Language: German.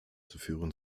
führen